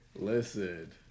Listen